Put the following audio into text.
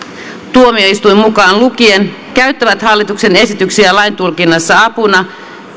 tuomioistuin mukaan lukien käyttävät hallituksen esityksiä lain tulkinnassa apuna